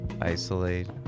isolate